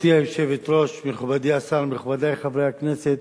גברתי היושבת-ראש, מכובדי השר, מכובדי חברי הכנסת,